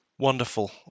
Wonderful